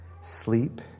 sleep